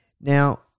Now